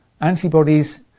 Antibodies